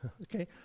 Okay